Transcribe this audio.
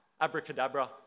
abracadabra